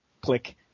Click